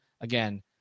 Again